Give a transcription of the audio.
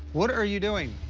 what are you doing?